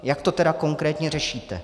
Jak to tedy konkrétně řešíte?